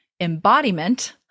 embodiment